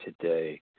today